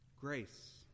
Grace